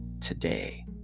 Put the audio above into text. today